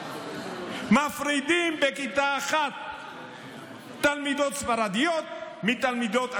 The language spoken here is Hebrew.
מפרידים בכיתה אחת תלמידות ספרדיות מתלמידות אשכנזיות.